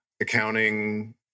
accounting